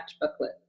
booklet